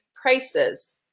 prices